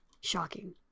Shocking